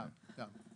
גם, גם.